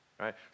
right